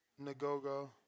Nagogo